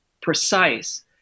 precise